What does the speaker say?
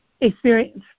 experience